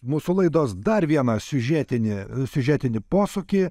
mūsų laidos dar viena siužetinį siužetinį posūkį